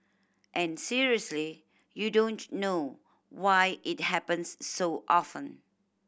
and seriously you don't know why it happens so often